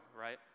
right